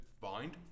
find